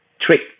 trick